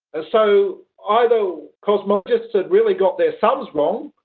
ah so either cosmologists had really got their sums wrong,